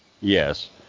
Yes